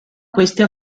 queste